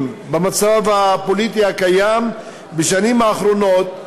במצב הפוליטי הקיים בשנים האחרונות.